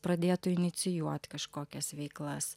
pradėtų inicijuoti kažkokias veiklas